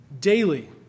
daily